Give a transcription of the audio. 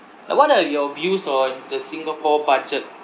uh what are your views on the singapore budget